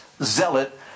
zealot